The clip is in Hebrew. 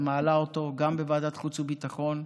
ומעלה אותו גם בוועדת חוץ וביטחון,